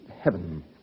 heaven